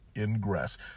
ingress